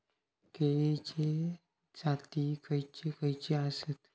केळीचे जाती खयचे खयचे आसत?